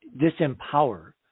disempower